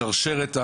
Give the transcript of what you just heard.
מה השרשרת,